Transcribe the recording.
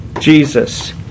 Jesus